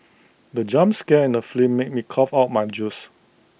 the jump scare in the flee made me cough out my juice